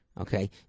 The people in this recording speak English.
Okay